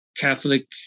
Catholic